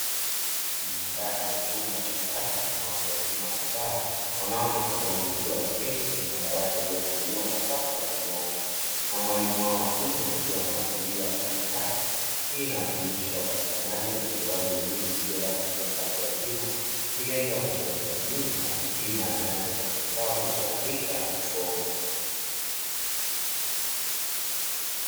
Ndani ya chumba cha darasa, kuna watu wazima kadhaa wanawake kwa wanaume wakiwa wameketi kwenye madawati yaliyopangiliwa kwa safu za kuonyooka na mwalimu wao wa kiume akiwa anawagawia karatasi hii, inawakilisha upatikanaji na utolewaji wa elimu isiyo rasmi na ya watu wazima ikilenga kuongeza ujuzi na kupima nyanja za kuhesabu, kuandika na kusoma.